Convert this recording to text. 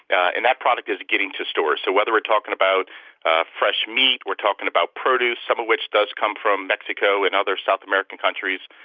yeah and that product is getting to stores. so whether we're talking about fresh meat, we're talking about produce, some of which does come from mexico and other south american countries,